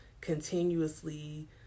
continuously